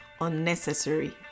unnecessary